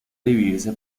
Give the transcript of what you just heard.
dividirse